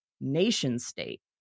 nation-state